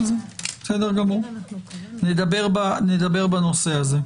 נדבר בנושא הזה.